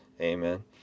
Amen